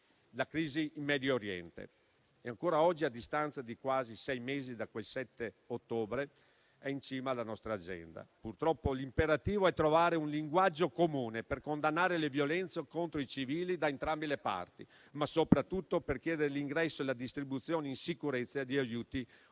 La crisi in Medio Oriente ancora oggi, a distanza di quasi sei mesi da quel 7 ottobre, è in cima alla nostra agenda. Purtroppo l'imperativo è trovare un linguaggio comune per condannare le violenze contro i civili da entrambe le parti, ma soprattutto per chiedere l'ingresso e la distribuzione in sicurezza di aiuti umanitari